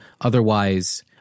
Otherwise